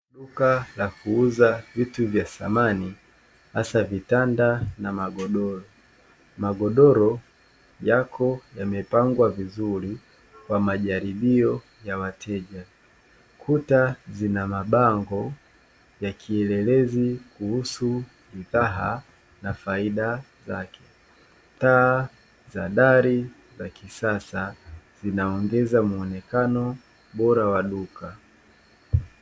Duka la kuuza vitu vya samani hasa vitanda na magodoro, magodoro yako yamepangwa vizuri kwa majaribio ya wateja. Kuta zina mabango ya kielelezi kuhusu bidhaa na faida zake, taa za dari za kisasa zinaongeza muonekano bora wa duka.